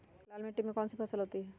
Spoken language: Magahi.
लाल मिट्टी में कौन सी फसल होती हैं?